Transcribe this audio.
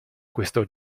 questo